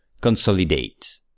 consolidate